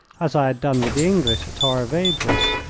as i had done with the english at torres vedras,